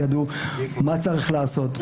מה צריך לעשות,